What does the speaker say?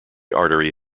artery